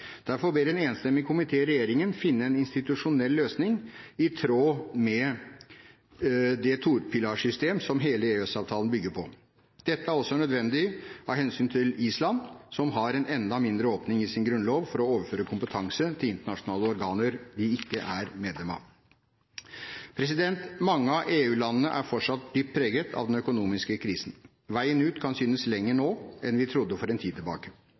Derfor ber en enstemmig komité regjeringen finne en institusjonell løsning i tråd med det topilarsystemet som hele EØS-avtalen bygger på. Dette er også nødvendig av hensyn til Island, som har en enda mindre åpning i sin grunnlov for å overføre kompetanse til internasjonale organer de ikke er medlem av. Mange av EU-landene er fortsatt dypt preget av den økonomiske krisen. Veien ut kan synes lenger nå enn vi trodde for en tid tilbake.